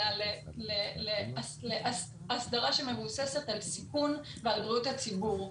אלא הסדרה שמבוססת על סיכון ועל בריאות הציבור.